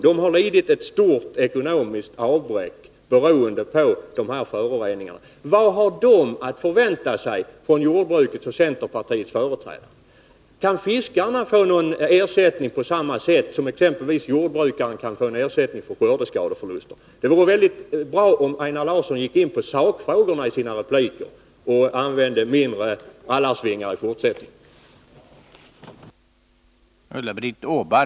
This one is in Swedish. De har lidit ett stort ekonomiskt avbräck beroende på dessa föroreningar. Vad har de att förvänta sig från jordbrukets och centerpartiets företrädare? Kan fiskarna få någon ersättning på samma sätt som exempelvis jordbrukarna kan få ersättning för skördeskador? Det vore väldigt bra om Einar Larsson gick in på sakfrågorna i sina repliker och i fortsättningen använde mindre av rallarsvingar.